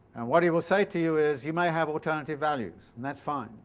what he will say to you is you may have alternative values, and that's fine.